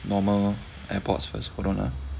normal Airpods first hold on ah